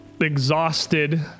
exhausted